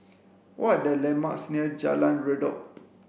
what are the landmarks near Jalan Redop